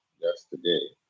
yesterday